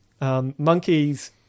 Monkeys